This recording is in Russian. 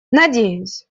надеюсь